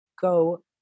go